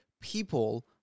people